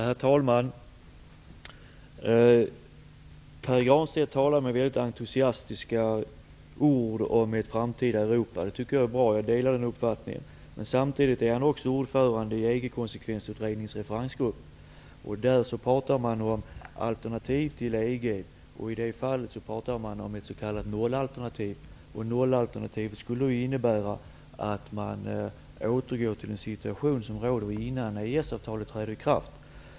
Herr talman! Pär Granstedt talar entusiastiskt om ett framtida Europa. Det tycker jag är bra. Jag delar den uppfattningen. Pär Granstedt är också ordförande i EG konsekvensutredningens referensgrupp. Där talar man om alternativ till EG. Man talar om ett s.k. nollalternativ. Ett nollalternativ skulle innebära att man återgår till den situation som rådde innan EES avtalet trädde i kraft.